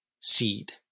seed